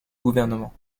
gouvernement